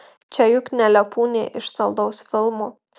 čia juk ne lepūnė iš saldaus filmo